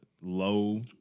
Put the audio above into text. low